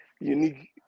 unique